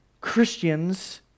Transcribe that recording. Christians